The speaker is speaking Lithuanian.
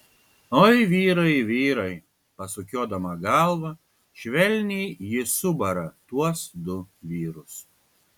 oi vyrai vyrai pasukiodama galvą švelniai ji subara tuos du vyrus